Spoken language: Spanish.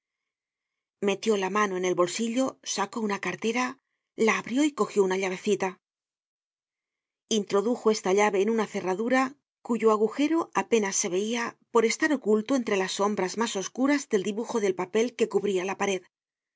metió la mano en el bolsillo sacó una cartera la abrió y cogió una llavecita introdujo esta llave en una cerradura cuyo agujero apenas se veia por estar oculto entre las sombras mas oscuras del dibujo del papel que cubria la pared